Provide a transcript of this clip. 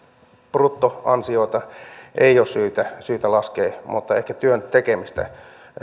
bruttoansioita ei ole syytä laskea mutta ehkä työn tekemistä